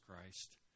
Christ